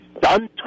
done